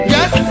Yes